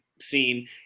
scene